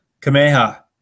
Kameha